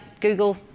Google